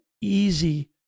easy